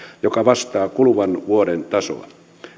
joka vastaa kuluvan vuoden tasoa